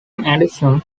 addition